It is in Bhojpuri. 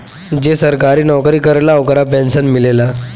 जे सरकारी नौकरी करेला ओकरा पेंशन मिलेला